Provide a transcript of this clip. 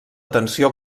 tensió